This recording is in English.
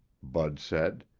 bud said.